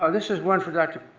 ah this is one for dr.